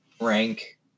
rank